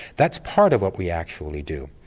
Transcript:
that's part of what we actually do.